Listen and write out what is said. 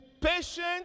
patient